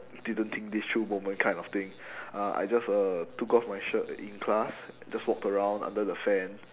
didn't think this through moment kind of thing uh I just uh took off my shirt in class just walked around under the fan